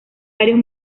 varios